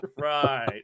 right